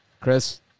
Chris